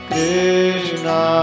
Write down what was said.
Krishna